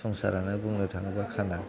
संसारानो बुंनो थाङोबा खाना